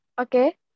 Okay